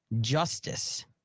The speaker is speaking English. justice